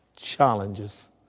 Challenges